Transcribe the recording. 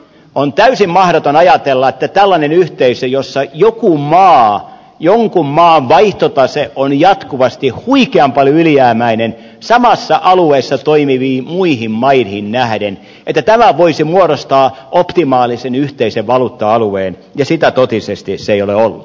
on täysin mahdoton ajatella että tällainen yhteisö jossa jonkun maan vaihtotase on jatkuvasti huikean paljon ylijäämäinen samassa alueessa toimiviin muihin maihin nähden voisi muodostaa optimaalisen yhteisen valuutta alueen ja sitä totisesti se ei ole ollut